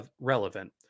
relevant